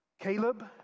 Caleb